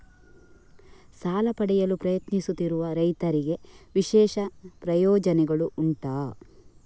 ಸಾಲ ಪಡೆಯಲು ಪ್ರಯತ್ನಿಸುತ್ತಿರುವ ರೈತರಿಗೆ ವಿಶೇಷ ಪ್ರಯೋಜನೆಗಳು ಉಂಟಾ?